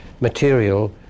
material